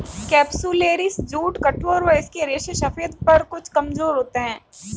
capsularis jute कठोर व इसके रेशे सफेद पर कुछ कमजोर होते हैं